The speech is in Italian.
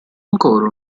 ancora